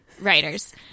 writers